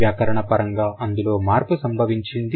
వ్యాకరణపరంగా అందులో మార్పు సంభవించింది